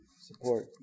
support